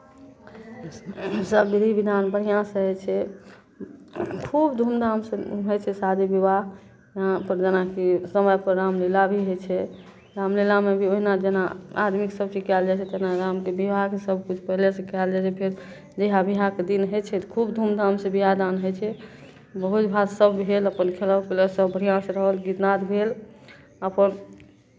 सभ विधि विधान बढ़िआँसँ होइ छै खूब धूमधामसँ होइ छै शादी विवाह यहाँपर जेनाकि समयपर रामलीला भी होइ छै रामलीलामे भी ओहिना जेना आदमीके सभचीज कयल जाइ छै तेना रामके विवाहके सभचीज पहिलेसँ कयल रहै छै फेर जहिया विवाहके दिन होइ छै खूब धूमधामसँ बियाह दान होइ छै भोजभात सभ भेल अपन खयलक पीलक सभ बढ़िआँसँ रहल गीतनाद भेल अपन